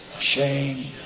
shame